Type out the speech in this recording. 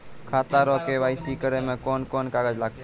खाता रो के.वाइ.सी करै मे कोन कोन कागज लागतै?